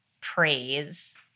praise